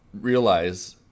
realize